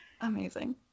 Amazing